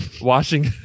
washing